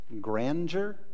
grandeur